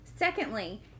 Secondly